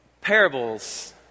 Parables